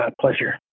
Pleasure